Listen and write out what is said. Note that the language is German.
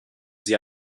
sie